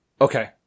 Okay